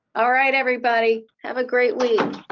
all right everybody, have a great week!